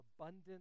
abundant